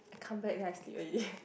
I come back then I sleep already